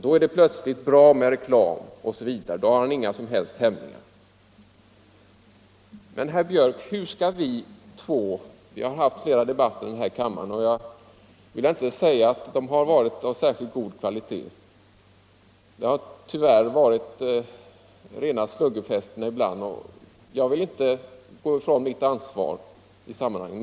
Då är det plötsligt bra med reklam, då har han inga som helst hämningar. Herr Björck och jag har haft flera debatter i kammaren, och jag vill inte säga att de har varit av särskilt god kvalitet. Det har tyvärr varit rena sluggerfesterna ibland, och jag vill inte gå ifrån mitt ansvar i sammanhanget.